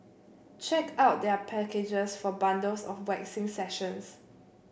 check out their packages for bundles of waxing sessions